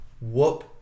whoop